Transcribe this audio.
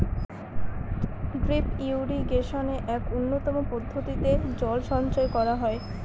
drip ইরিগেশনে এক উন্নতম পদ্ধতিতে জল সঞ্চয় করা হয়